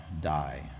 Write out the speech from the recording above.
die